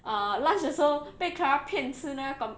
uh lunch 的时候被 clara 骗吃那个